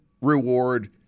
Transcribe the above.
reward